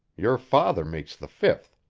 your father makes the fifth.